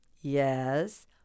yes